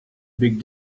big